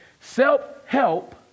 Self-help